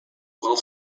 qual